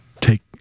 take